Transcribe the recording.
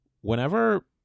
whenever